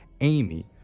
Amy